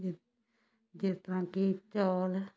ਜੀ ਜਿਸ ਤਰ੍ਹਾਂ ਕਿ ਚੌਲ